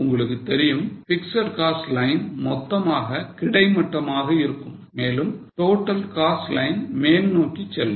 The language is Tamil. உங்களுக்கு தெரியும் பிக்ஸட் காஸ்ட் லைன் மொத்தமாக கிடைமட்டமாக இருக்கும் மேலும் total cost line மேல் நோக்கி செல்லும்